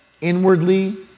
inwardly